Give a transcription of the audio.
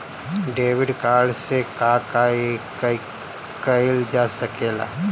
Debit card से का का कइल जा सके ला?